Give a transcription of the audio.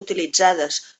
utilitzades